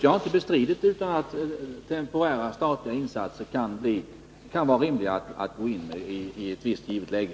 Jag har inte bestritt att det kan vara rimligt att gå in med temporära statliga åtgärder i ett visst läge.